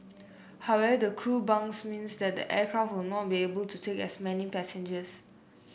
however the crew bunks means that the aircraft will not be able to take as many passengers